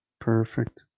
Perfect